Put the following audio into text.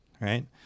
Right